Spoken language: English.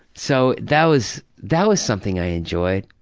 so that was that was something i enjoyed.